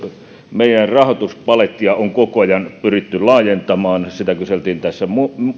meidän rahoituspalettiamme on koko ajan pyritty laajentamaan sitä kyseltiin tässä